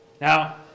Now